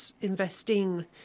investing